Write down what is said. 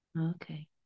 Okay